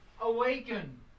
awaken